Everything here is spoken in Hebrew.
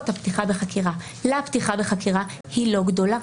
הפתיחה בחקירה לפתיחה בחקירה היא לא גדולה.